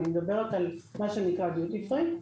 אני מדברת על מה שנקרא דיוטי פרי.